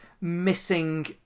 missing